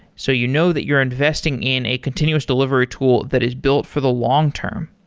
so you know that you're investing in a continuous delivery tool that is built for the long-term.